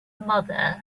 mother